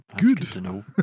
Good